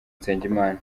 nsengimana